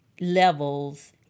levels